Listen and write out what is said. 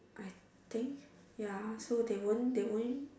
I think ya so they won't they won't